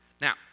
now